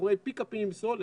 מאחורי פיק-אפים עם סולר,